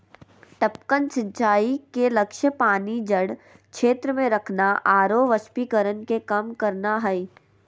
टपकन सिंचाई के लक्ष्य पानी जड़ क्षेत्र में रखना आरो वाष्पीकरण के कम करना हइ